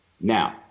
Now